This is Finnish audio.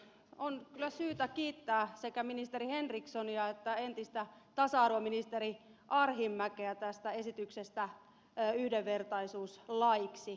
on kyllä syytä kiittää sekä ministeri henrikssonia että entistä tasa arvoministeri arhinmäkeä tästä esityksestä yhdenvertaisuuslaiksi